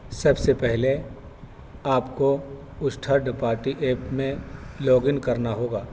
سب سے پہلے آپ کو اس ٹھاڈ پارٹی ایپ میں لاگ ان کرنا ہوگا